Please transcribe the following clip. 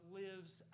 lives